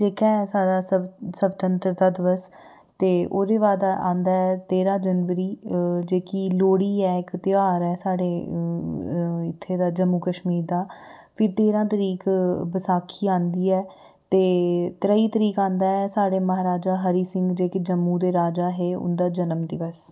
जेह्का साढ़ा स्व स्वतंत्रता दिवस ते ओह्दे बाद आंदा ऐ तेरां जनबरी जेह्की लोहड़ी ऐ इक तेहार ऐ साढ़े इत्थै दा जम्मू कश्मीर दा फ्ही तेरां तरीक बसाखी आंदी ऐ ते त्रेई तरीक आंदा ऐ साढ़े महाराजा हरी सिंह जेह्के जम्मू दे राजा हे उं'दा जनम दिवस